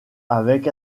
avec